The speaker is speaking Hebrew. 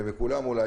ומכולם אולי,